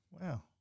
Wow